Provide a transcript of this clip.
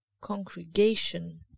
congregation